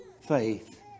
faith